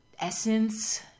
essence